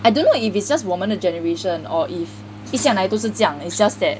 I don't know if it's just 我们的 generation or if 一向来都是这样 it's just that